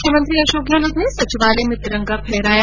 मुख्यमंत्री अशोक गहलोत ने सचिवालय में तिरंगा फहराया